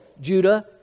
Judah